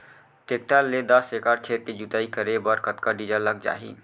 Tractor ले दस एकड़ खेत के जुताई करे बर कतका डीजल लग जाही?